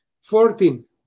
Fourteen